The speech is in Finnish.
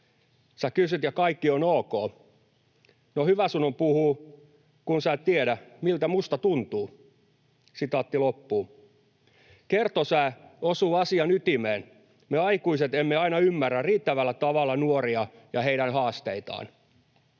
sä kysyt ja kaikki on ok. No hyvä sun on puhuu, kun sä et tiedä miltä musta tuntuu.” Kertosäe osuu asian ytimeen. Me aikuiset emme aina ymmärrä riittävällä tavalla nuoria ja heidän haasteitaan.